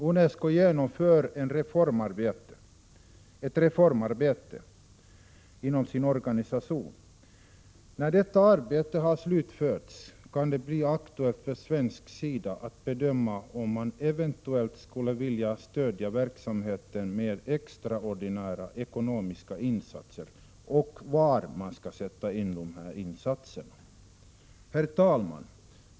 UNESCO genomför ett reformarbete inom sin organisation. När detta arbete har slutförts, kan det bli aktuellt från svensk sida att bedöma om man eventuellt skulle vilja stödja verksamheten med extraordinära ekonomiska insatser och var man skall sätta in dessa insatser. Herr talman!